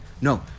No